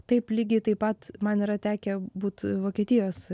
taip lygiai taip pat man yra tekę būt vokietijos